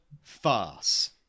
Farce